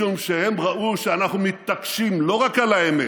משום שהם ראו שאנחנו מתעקשים לא רק על האמת,